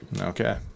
Okay